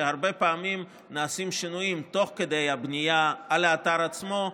שהרבה פעמים נעשים שינויים תוך כדי הבנייה באתר עצמו,